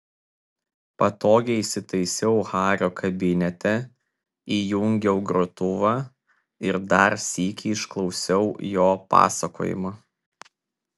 patogiai įsitaisiau hario kabinete įjungiau grotuvą ir dar sykį išklausiau jo pasakojimą